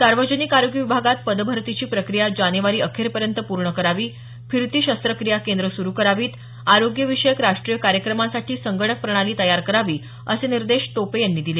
सार्वजनिक आरोग्य विभागात पदभरतीची प्रक्रिया जानेवारी अखेरपर्यंत पूर्ण करावी फिरती शस्त्रक्रिया केंद्रं सुरू करावीत आरोग्यविषयक राष्ट्रीय कार्यक्रमांसाठी संगणक प्रणाली तयार करावी असे निर्देश टोपे यांनी यावेळी दिले